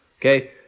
Okay